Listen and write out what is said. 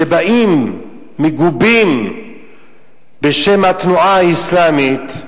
שבאים מגובים בשם התנועה האסלאמית,